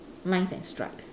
lines and stripes